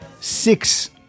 six